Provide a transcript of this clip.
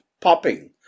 popping